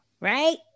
right